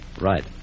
Right